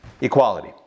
equality